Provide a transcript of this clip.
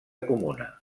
comuna